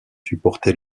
supporter